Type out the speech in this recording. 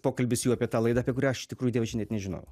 pokalbis jau apie tą laidą apie kurią aš iš tikrųjų dievaži net nežinojau